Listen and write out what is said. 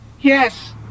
Yes